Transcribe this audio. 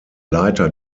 leiter